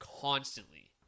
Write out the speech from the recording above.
constantly